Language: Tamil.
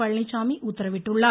பழனிச்சாமி உத்தரவிட்டுள்ளார்